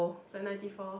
is like ninety four